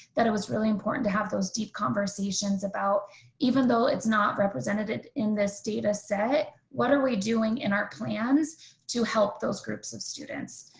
that it was really important to have those deep conversations about even though it's not representative in this data set what are we doing in our plans to help those groups of students?